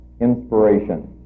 inspiration